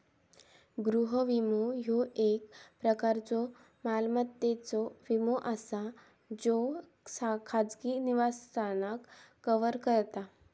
गृह विमो, ह्यो एक प्रकारचो मालमत्तेचो विमो असा ज्यो खाजगी निवासस्थान कव्हर करता